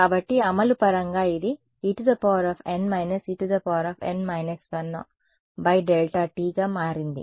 కాబట్టి అమలు పరంగా ఇది E n En−1 Δt గా మారింది